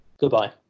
Goodbye